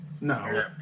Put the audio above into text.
No